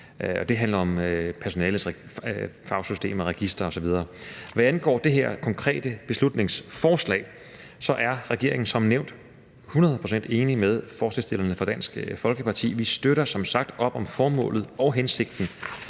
Det handler om personalets fagsystemer, registre osv. Kl. 16:30 Hvad angår det her konkrete beslutningsforslag, er regeringen som nævnt hundrede procent enig med forslagsstillerne fra Dansk Folkeparti. Vi støtter som sagt op om formålet og hensigten